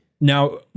Now